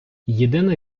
єдина